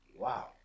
Wow